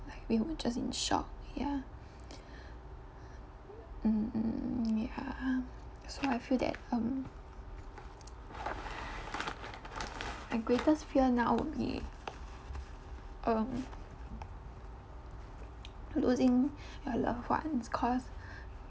like we were just in shock ya mm mm ya so I feel that um my greatest fear now would be um losing your loved ones cause